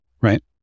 Right